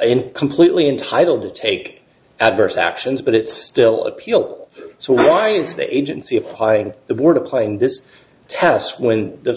in completely entitled to take adverse actions but it's still appeal so why is the agency applying the board a plane this test when the